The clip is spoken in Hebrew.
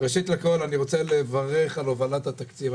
ראשית לכל, אני רוצה לברך על הובלת התקציב.